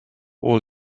all